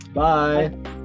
bye